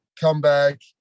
comeback